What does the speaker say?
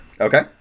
Okay